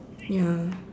ya